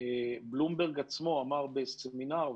בלומברג עצמו אמר בסמינר,